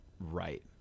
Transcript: right